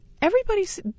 Everybody's